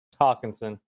Hawkinson